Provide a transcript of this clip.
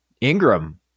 Ingram